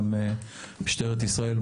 גם משטרת ישראל,